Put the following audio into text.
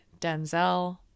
Denzel